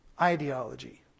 ideology